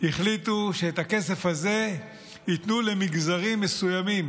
החליטו שאת הכסף הזה ייתנו למגזרים מסוימים,